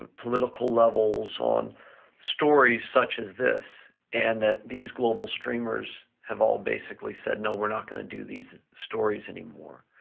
ah political levels, on stories such as this and that these global streamers have all basically said, no, we're not gonna do these stories anymore.